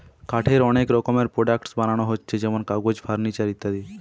কাঠের অনেক রকমের প্রোডাক্টস বানানা হচ্ছে যেমন কাগজ, ফার্নিচার ইত্যাদি